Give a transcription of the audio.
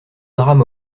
drame